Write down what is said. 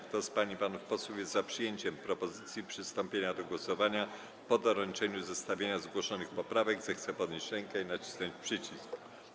Kto z pań i panów posłów jest za przyjęciem propozycji przystąpienia do głosowania po doręczeniu zestawienia zgłoszonych poprawek, zechce podnieść rękę i nacisnąć przycisk.